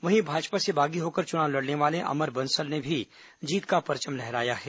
वहीं भाजपा से बागी होकर चुनाव लड़ने वाले अमर बंसल ने भी जीत का परचम लहराया है